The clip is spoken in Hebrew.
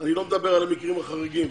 אני לא מדבר על המקרים החריגים.